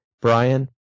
Brian